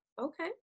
Okay